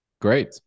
Great